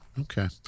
Okay